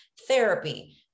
therapy